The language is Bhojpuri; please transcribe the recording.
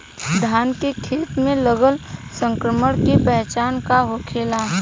धान के खेत मे लगल संक्रमण के पहचान का होखेला?